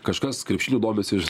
kažkas krepšiniu domisi